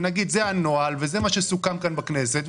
ונגיד: זה הנוהל וזה מה שסוכם כאן בכנסת,